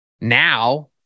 Now